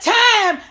time